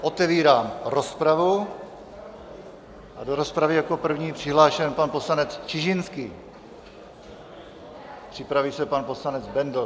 Otevírám rozpravu a do rozpravy je jako první přihlášen pan poslanec Čižinský, připraví se pan poslanec Bendl.